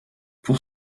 pour